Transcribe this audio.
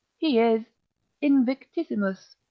he is invictissimus,